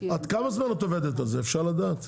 כמה זמן את עובדת על זה, אפשר לדעת?